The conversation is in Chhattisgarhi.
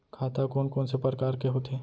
खाता कोन कोन से परकार के होथे?